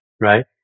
right